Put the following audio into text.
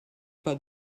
pas